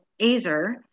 Azer